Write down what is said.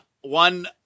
One